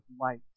light